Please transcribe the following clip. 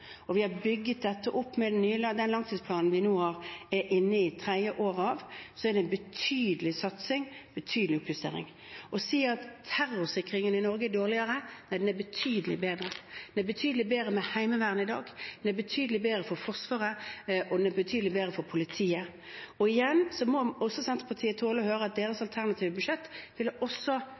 Vi har bygget dette opp med den langtidsplanen som vi nå er inne i tredje året av. Så det er en betydelig satsing, en betydelig oppjustering. Å si at terrorsikringen i Norge er dårligere – den er betydelig bedre. Det er betydelig bedre for Heimevernet i dag. Det er betydelig bedre for Forsvaret, og det er betydelig bedre for politiet. Igjen må Senterpartiet tåle å høre at deres alternative budsjett faktisk ville